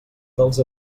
dels